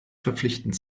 verpflichtend